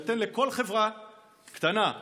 נותן לכל חברה קטנה,